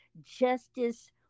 justice